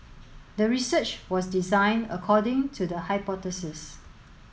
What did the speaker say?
the research was designed according to the hypothesis